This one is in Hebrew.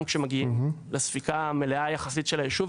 כשמגיעים לספיקה המלאה יחסית של היישוב.